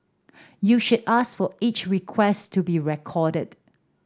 you should ask for each request to be recorded